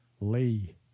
Lee